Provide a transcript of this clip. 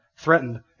threatened